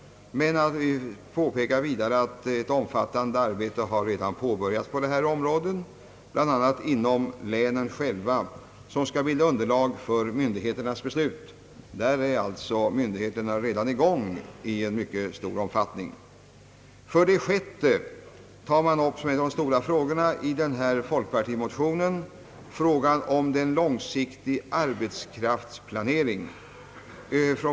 Men vi påpekar vidare att på detta område ett omfattande arbete redan har påbörjats — bl.a. inom de olika länen — som skall bilda underlag för myndigheternas beslut. För det sjätte tar folkpartimotionen upp en långsiktig arbetskraftsplanering.